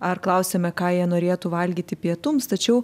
ar klausiame ką jie norėtų valgyti pietums tačiau